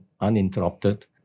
uninterrupted